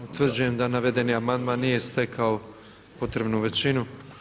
Utvrđujem da navedeni amandman nije stekao potrebnu većinu.